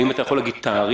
האם אתה יכול להגיד תאריך